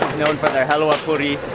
known for their halwa puri,